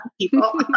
people